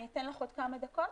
אני אתן לך עוד כמה דקות.